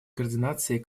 координации